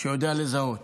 שיודע לזהות,